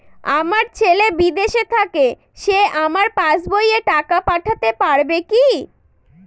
আমার ছেলে বিদেশে থাকে সে আমার পাসবই এ টাকা পাঠাতে পারবে কি?